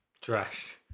Trash